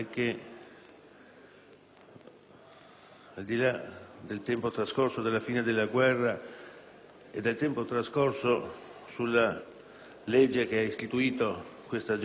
al di là del tempo trascorso dalla fine della guerra e dalla legge che ha istituito questa giornata,